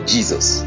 Jesus